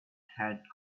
had